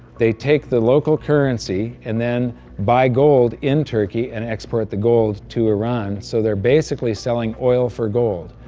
they take the local currency and then buy gold in turkey and export the gold to iran, so they're basically selling oil for gold.